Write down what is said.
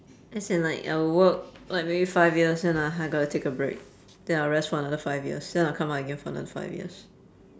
as in like I will work like maybe five years and ah I gotta take a break then I'll rest for another five years then I'll come again for another five years